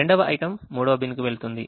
2వ item 3వ బిన్కు వెళుతుంది